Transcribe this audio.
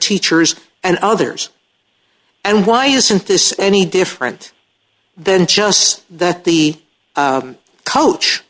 teachers and others and why isn't this any different than just that the coach